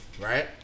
right